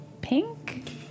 pink